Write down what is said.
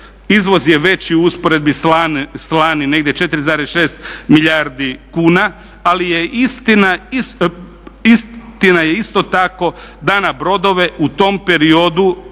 izvoz je veći u usporedbi s lani negdje 4,6 milijardi kuna. Ali je istina je isto tako da na brodove u tom periodu